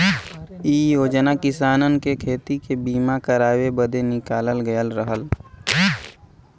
इ योजना किसानन के खेती के बीमा करावे बदे निकालल गयल रहल